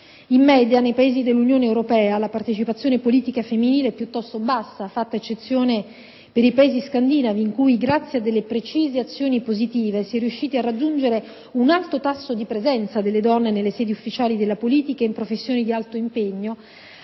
In media, nei Paesi dell'Unione europea, la partecipazione politica femminile è piuttosto bassa, fatta eccezione per i Paesi scandinavi in cui, grazie a delle precise azioni positive, si è riusciti a raggiungere un alto tasso di presenza delle donne nelle sedi ufficiali della politica ed in professioni di alto impegno,